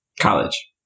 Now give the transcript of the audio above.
College